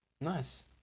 Nice